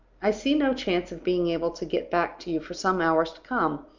i see no chance of being able to get back to you for some hours to come,